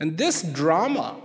and this drama